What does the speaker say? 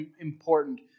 important